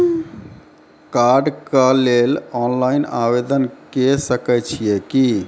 कार्डक लेल ऑनलाइन आवेदन के सकै छियै की?